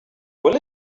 will